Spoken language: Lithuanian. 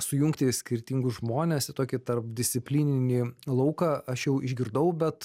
sujungti skirtingus žmones į tokį tarpdisciplininį lauką aš jau išgirdau bet